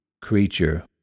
creature